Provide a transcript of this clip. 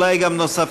אולי גם נוספים,